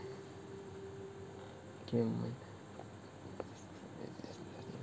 game one